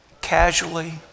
casually